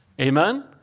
Amen